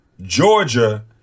Georgia